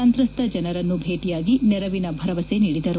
ಸಂತ್ರಸ್ತ ಜನರನ್ನು ಭೇಟಿಯಾಗಿ ನೆರವಿನ ಭರವಸೆ ನೀಡಿದರು